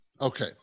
Okay